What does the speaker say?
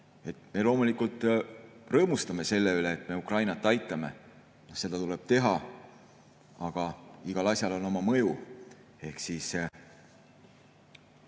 Me loomulikult rõõmustame selle üle, et me Ukrainat aitame, seda tuleb teha. Aga igal asjal on oma mõju. See, mille